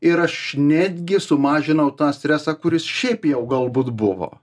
ir aš netgi sumažinau tą stresą kuris šiaip jau galbūt buvo